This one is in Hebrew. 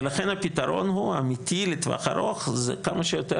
ולכן הפתרון האמיתי לטווח ארוך הוא כמה שיותר